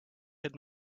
had